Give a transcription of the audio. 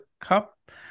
Cup